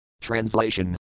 Translation